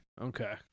Okay